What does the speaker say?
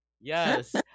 Yes